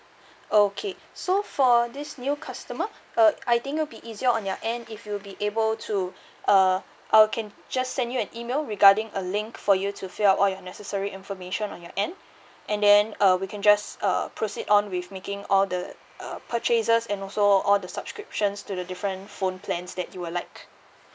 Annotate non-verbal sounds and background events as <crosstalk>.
<breath> okay so for this new customer uh I think it'll be easier on your end if you'll be able to <breath> uh I'll can just send you an email regarding a link for you to fill up all your necessary information on your end and then uh we can just uh proceed on with making all the uh purchasers and also all the subscriptions to the different phone plans that you would like